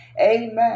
Amen